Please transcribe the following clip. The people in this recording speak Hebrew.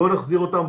בואו נחזיר אותם,